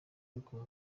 ariko